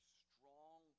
strong